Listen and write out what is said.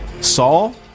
Saul